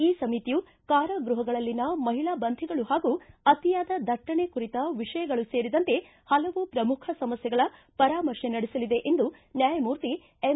ಈ ಸಮಿತಿಯು ಕಾರಾಗೃಹಗಳಲ್ಲಿನ ಮಹಿಳಾ ಬಂಧಿಗಳು ಹಾಗೂ ಅತಿಯಾದ ದಟ್ಟಣೆ ಕುರಿತ ವಿಷಯಗಳು ಸೇರಿದಂತೆ ಹಲವು ಪ್ರಮುಖ ಸಮಸ್ಥೆಗಳ ಪರಾಮರ್ಶೆ ನಡೆಸಲಿದೆ ಎಂದು ನ್ಯಾಯಮೂರ್ತಿ ಎಂ